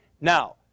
Now